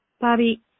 Bobby